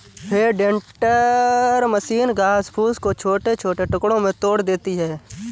हे tender machine घास फूस को छोटे छोटे टुकड़ों में तोड़ देती है